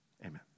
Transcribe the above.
Amen